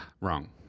Wrong